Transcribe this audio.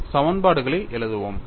நாம் சமன்பாடுகளை எழுதுவோம்